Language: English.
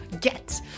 Get